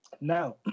Now